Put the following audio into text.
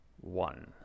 one